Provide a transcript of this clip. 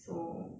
so